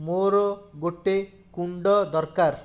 ମୋର ଗୋଟେ କୁଣ୍ଡ ଦରକାର